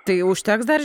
tai užteks dar